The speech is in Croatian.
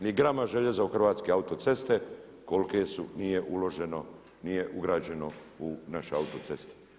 Ni grama željeza u Hrvatske autoceste kolike su nije uloženo, nije ugrađeno u naše autoceste.